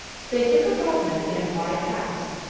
they took apartments in a quiet house,